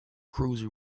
cruiser